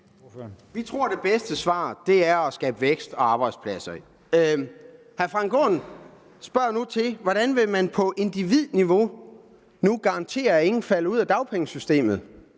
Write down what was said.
Vi tror, det bedste svar er at skabe vækst og at skabe arbejdspladser. Hr. Frank Aaen spørger nu til, hvordan man på individniveau vil garantere, at der ikke er nogen, der falder ud af dagpengesystemet.